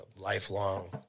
lifelong